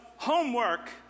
homework